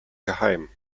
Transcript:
geheim